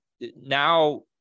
now